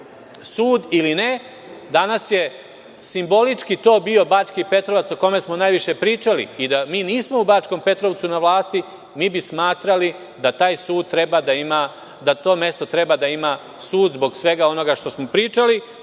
sud ili ne. Danas je simbolički to bio Bački Petrovac o kome smo najviše pričali i da mi nismo u Bačkom Petrovcu na vlasti, mi bi smatrali da to mesto treba da ima sud, zbog svega onoga što smo pričali,